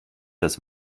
das